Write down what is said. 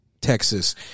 Texas